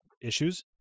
issues